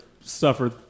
suffered